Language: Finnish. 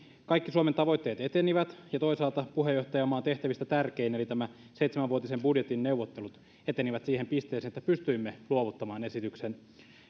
kaikki suomen tavoitteet etenivät ja toisaalta puheenjohtajamaan tehtävistä tärkein eli seitsemänvuotisen budjetin neuvottelut eteni siihen pisteeseen että pystyimme luovuttamaan esityksen